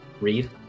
read